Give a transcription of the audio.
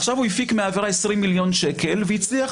עכשיו הפיק מהעבירה 20 מיליון שקל והצליח